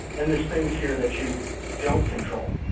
and there's things here that you don't control.